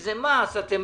מזה מס, אתם